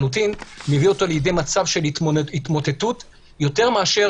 זה מביא אותו לידי מצב של התמוטטות יותר מאשר